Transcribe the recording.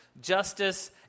justice